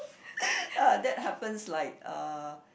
ah that happens like uh